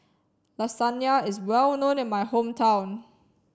Lasagna is well known in my hometown